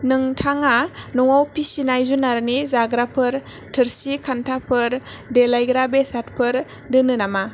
नोंथाङा न'आव फिसिनाय जुनारनि जाग्राफोर थोरसि खान्थाफोर देलायग्रा बेसादफोर दोनो नामा